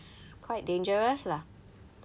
quite dangerous lah